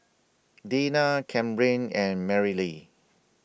Dinah Camryn and Marylee